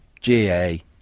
GA